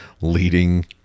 leading